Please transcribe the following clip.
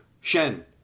Shen